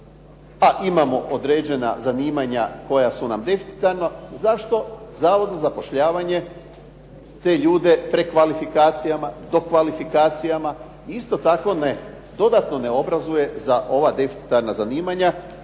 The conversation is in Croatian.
a imamo određena zanimanja koja su nam deficitarna zašto Zavod za zapošljavanje te ljude prekvalifikacijama, dokvalifikacijama isto tako dodatno ne obrazuje za ova deficitarna zanimanja